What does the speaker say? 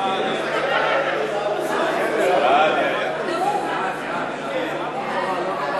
ההצעה להפוך את הצעת חוק סל תרבות ארצי, התשע"ג